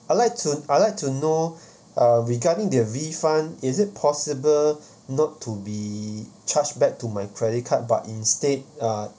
I like to I like to know uh regarding the refund is it possible not to be charged back to my credit card but instead uh